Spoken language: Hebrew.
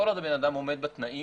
כל עוד הבן אדם עומד בתנאים,